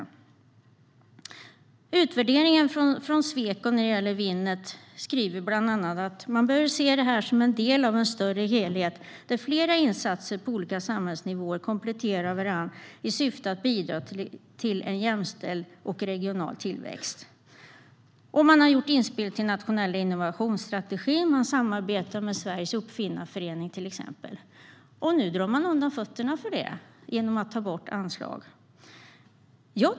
I utvärderingen från Sweco skrivs beträffande Winnet bland annat att det bör ses som en del av en större helhet där flera insatser på olika samhällsnivåer kompletterar varandra i syfte att bidra till en jämställd och regional tillväxt. Man har gjort inspel till nationell innovationsstrategi, och man samarbetar med bland annat Svenska Uppfinnareföreningen. Nu drar regeringen undan fötterna för dem genom att ta bort anslag.